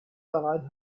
dran